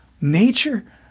nature